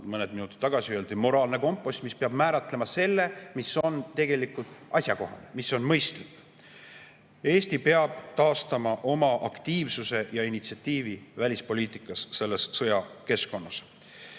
mõned minutid tagasi öeldi, moraalne kompass, mis peab määratlema selle, mis on tegelikult asjakohane, mis on mõistlik. Eesti peab taastama oma aktiivsuse ja initsiatiivi välispoliitikas selles sõjakeskkonnas.